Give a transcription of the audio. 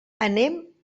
anem